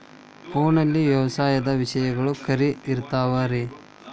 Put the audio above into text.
ಫೋನಲ್ಲಿ ವ್ಯವಸಾಯದ ವಿಷಯಗಳು ಖರೇ ಇರತಾವ್ ರೇ?